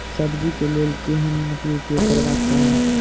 सब्जी कऽ लेल केहन माटि उपयोग करबाक चाहि?